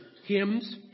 hymns